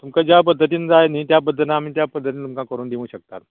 तुमकां ज्या पद्दतीन जाय न्ही त्या पद्दतीन आमी त्या पद्दतीन तुमकां करून दिवूंक शकतात